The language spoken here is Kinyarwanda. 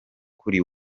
kuri